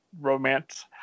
romance